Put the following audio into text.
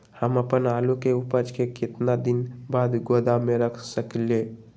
हम अपन आलू के ऊपज के केतना दिन बाद गोदाम में रख सकींले?